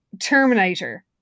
Terminator